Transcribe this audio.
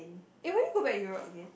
eh when you go back Europe again